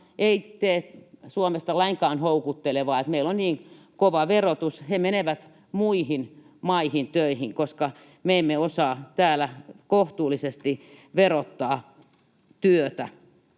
ei tee Suomesta lainkaan houkuttelevaa, että meillä on niin kova verotus. He menevät muihin maihin töihin, koska me emme osaa täällä kohtuullisesti verottaa työtä.